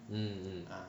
mm mm